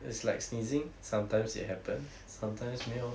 is like sneezing sometimes it happens sometimes 没有